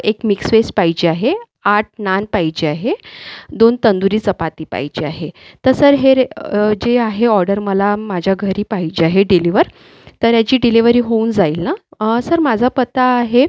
एक mix veg पाहिजे आहे आठ नान पाहिजे आहे दोन तंदुरी चपाती पाहिजे आहे तर सर हे रे जे आहे ऑर्डर मला माझ्या घरी पाहिजे आहे डिलिवर तर याची डिलेवरी होऊन जाईल ना अं सर माझा पत्ता आहे